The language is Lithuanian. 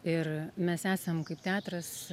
ir mes esam kaip teatras